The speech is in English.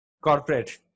Corporate